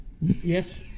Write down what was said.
Yes